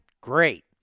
great